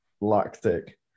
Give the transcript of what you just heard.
Lactic